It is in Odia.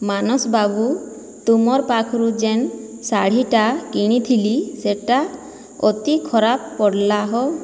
ମାନସ ବାବୁ ତୁମର୍ ପାଖରୁ ଯେନ୍ ଶାଢ଼ୀଟା କିଣିଥିଲି ସେଇଟା ଅତି ଖରାପ ପଡ଼୍ଲା ହୋ